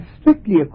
strictly